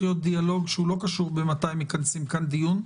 להיות דיאלוג שלא קשור במתי מכנסים כאן דיון.